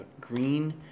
Green